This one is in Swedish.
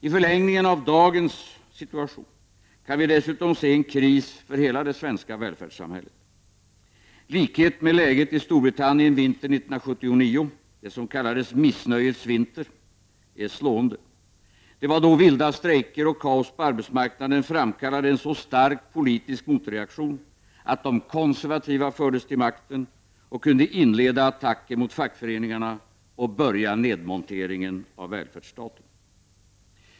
I förlängningen av dagens situation kan vi dessutom se en kris för hela det svenska välfärdssamhället. Likheten med läget i Storbritannien vintern 1979 — det som kallades missnöjets vinter — är slående. Det var då vilda strejker och kaos på arbetsmarknaden framkallade en så stark politisk motreaktion att de konservativa fördes till makten och kunde inleda attacken mot fackföreningarna och börja nedmonteringen av välfärdsstaten.